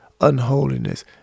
unholiness